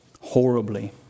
Horribly